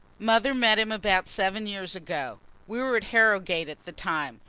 mother met him about seven years ago. we were at harrogate at the time.